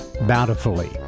bountifully